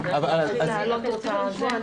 זו בעצם הגנה על בתי החולים.